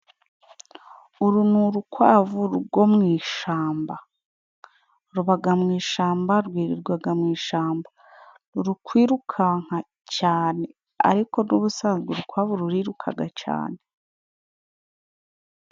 Uru ni urukwavu rwo mu ishamba， rubaga mu ishamba， rwirirwaga mu ishyamba. Ruri kwirukankaga cyane ariko n'ubusanzwe urukwavu rurirukaga cyane.